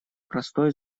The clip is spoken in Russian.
простой